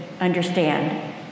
understand